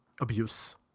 abuse